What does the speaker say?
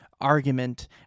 argument